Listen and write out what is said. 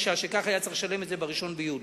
וכך היה צריך לשלם את זה ב-1 ביולי.